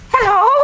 Hello